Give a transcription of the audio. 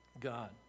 God